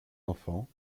enfants